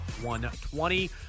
120